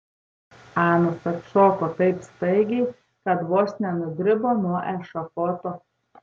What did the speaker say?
anas atšoko taip staigiai kad vos nenudribo nuo ešafoto